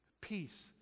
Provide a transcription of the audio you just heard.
peace